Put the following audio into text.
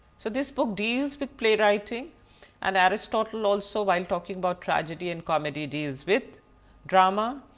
so this book deals with playwriting and aristotle also while talking about tragedy and comedy deals with drama